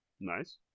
Nice